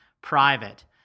private